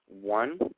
one